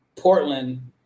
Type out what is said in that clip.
Portland